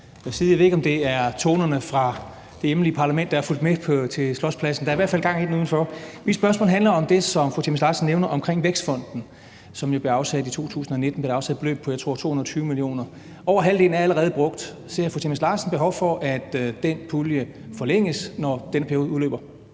Jeg ved ikke, om det er tonerne fra det hjemlige parlament, der er fulgt med til Slotspladsen. Der er i hvert fald gang i den udenfor. Mit spørgsmål handler om det, som fru Aaja Chemnitz Larsen nævner omkring Vækstfonden, som der blev afsat et beløb på, jeg tror 220 mio. kr. til i 2019. Over halvdelen er allerede brugt. Ser fru Aaja Chemnitz Larsen et behov for, at den pulje forlænges, når den periode udløber?